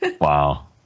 Wow